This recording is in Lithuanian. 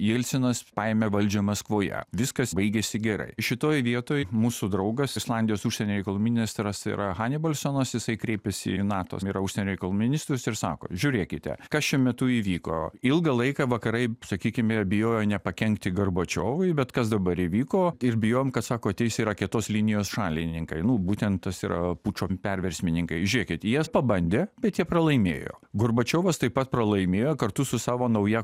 jelcinas paėmė valdžią maskvoje viskas baigėsi gerai šitoj vietoj mūsų draugas islandijos užsienio reikalų ministras yra hanibalsonas jisai kreipėsi į nato yra užsienio reikalų ministrus ir sako žiūrėkite kas šiuo metu įvyko ilgą laiką vakarai sakykime bijojo nepakenkti gorbačiovui bet kas dabar įvyko ir bijojom kad sako teisė yra kietos linijos šalininkai nu būtent tas yra pučo perversmininkai žiūrėkit jie pabandė bet jie pralaimėjo gorbačiovas taip pat pralaimėjo kartu su savo nauja